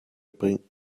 bringt